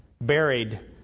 buried